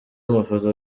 amafoto